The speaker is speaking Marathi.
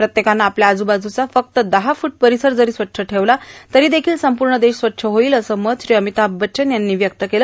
प्रत्येकानं आपल्या आजूबाजूचा फक्त दहा फ्रूट परिसर जरी स्वच्छ ठेवला तरी देखील संपूर्ण देश स्वच्छ होइल असं मत श्री अमिताभ बच्चन यांनी व्यक्त केलं